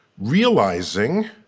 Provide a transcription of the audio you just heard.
realizing